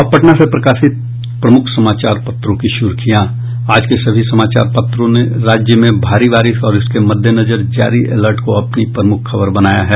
अब पटना से प्रकाशित प्रमुख समाचारों पत्रों की सुर्खियां आज के सभी समाचार पत्रों ने राज्य में भारी बारिश और इसके मद्देनजर जारी अलर्ट को अपनी प्रमुख खबर बनाया है